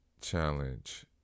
challenge